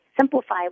simplify